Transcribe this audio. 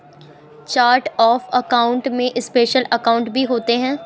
chart of account में special account भी होते हैं